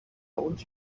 uns